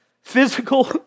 physical